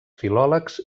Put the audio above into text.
filòlegs